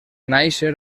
nàixer